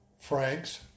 Franks